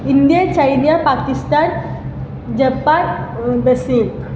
India China Pakistan Japan Brazil